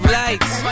lights